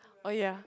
orh ya